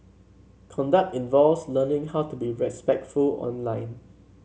conduct involves learning how to be respectful online